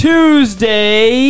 Tuesday